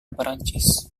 perancis